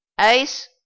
Ace